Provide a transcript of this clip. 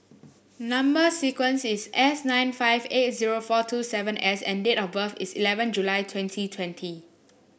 number sequence is S nine five eight zero four two seven S and date of birth is eleven July twenty twenty